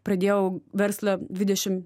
pradėjau verslą dvidešim